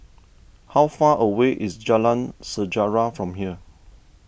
how far away is Jalan Sejarah from here